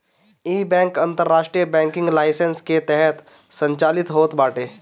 इ बैंक अंतरराष्ट्रीय banking licence के तहत संचालित होत बाटे